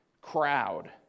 crowd